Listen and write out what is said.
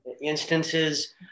instances